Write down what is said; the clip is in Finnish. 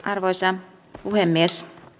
arvoisa puhemies